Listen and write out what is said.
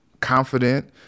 confident